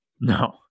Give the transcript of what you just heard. No